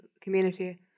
community